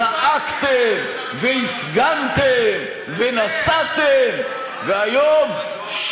על איזה גל שקודם זעקתם והפגנתם, ונסעתם, והיום?